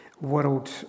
World